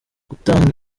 gutanga